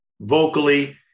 vocally